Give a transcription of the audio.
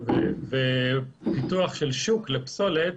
פיתוח של שוק לפסולת,